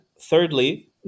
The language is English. thirdly